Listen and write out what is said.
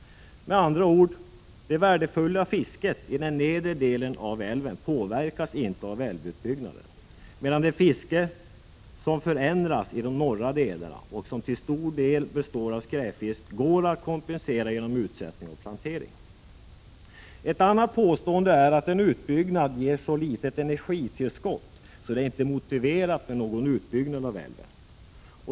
Med andra ord: Det värdefulla fisket i de nedre delarna av älven påverkas inte av en älvutbyggnad. Det fiske som påverkas bedrivs i de norra delarna, men fisken där består till stor del av skräpfisk, och fisket går att kompensera genom utsättning och plantering. Ett annat påstående är att en utbyggnad av älven ger ett så litet energitillskott att den inte är motiverad.